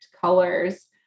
colors